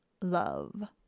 Love